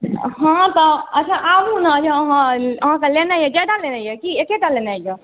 हँ अच्छा अहाँ आबु ने अहाँकेँ लेनाइ यऽ जादा लेनाइ यऽ कि एकेटा लेनाइ यऽ